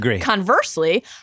Conversely